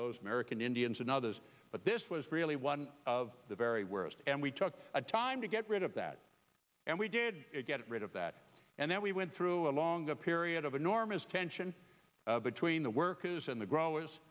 those american indians and others but this was really one of the very worst and we took a time to get rid of that and we did get rid of that and then we went through a longer period of enormous tension between the workers and the growers